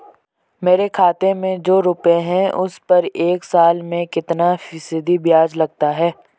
मेरे खाते में जो रुपये हैं उस पर एक साल में कितना फ़ीसदी ब्याज लगता है?